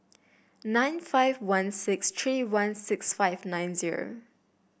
nine five one six three one six five nine zero